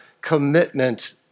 commitment